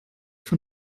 von